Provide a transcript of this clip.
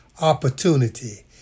opportunity